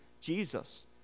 Jesus